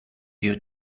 your